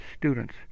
students